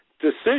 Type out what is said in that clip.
decision